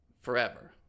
forever